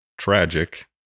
Tragic